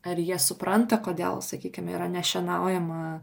ar jie supranta kodėl sakykime yra nešienaujama